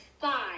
five